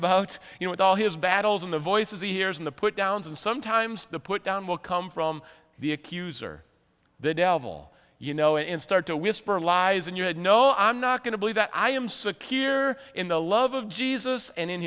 about you know with all his battles and the voices he hears and the put downs and sometimes the put down will come from the accuser the devil you know and start to whisper lies and you had no i'm not going to believe that i am secure in the love of jesus and in